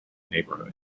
neighborhood